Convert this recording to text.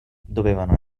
dovevano